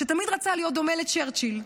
שתמיד רצה להיות דומה לצ'רצ'יל,